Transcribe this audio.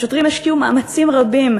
השוטרים השקיעו מאמצים רבים,